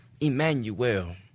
Emmanuel